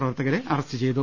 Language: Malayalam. പ്രവർത്തകരെ അറസ്റ്റ് ചെയ്തു